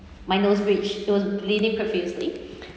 my nose breach it was bleeding profusely